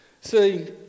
See